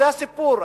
זה הסיפור.